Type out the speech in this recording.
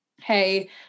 hey